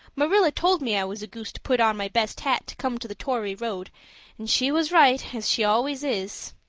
marilla told me i was a goose to put on my best hat to come to the tory road and she was right, as she always is.